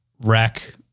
wreck